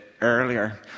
earlier